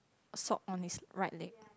sock on his right leg